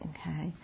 Okay